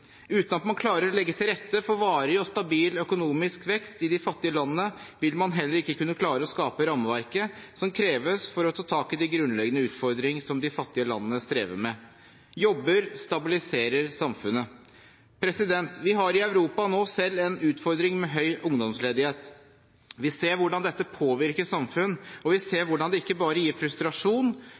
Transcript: Uten at man klarer å legge til rette for varig og stabil økonomisk vekst i de fattige landene, vil man heller ikke kunne klare å skape rammeverket som kreves for å ta tak i de grunnleggende utfordringene som de fattige landene strever med. Jobber stabiliserer samfunnet. Vi har nå i Europa en utfordring med høy ungdomsledighet. Vi ser hvordan dette påvirker samfunn, og vi ser hvordan det ikke bare gir frustrasjon,